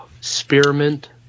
spearmint